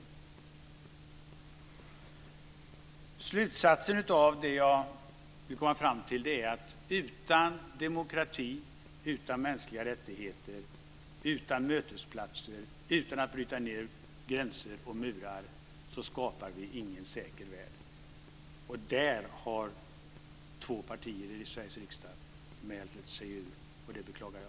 Den slutsats jag kommit fram till är att utan demokrati, utan mänskliga rättigheter, utan mötesplatser och utan att bryta ned gränser och murar skapar vi ingen säker värld. Där har två partier i Sveriges riksdag mält sig ut, och det beklagar jag.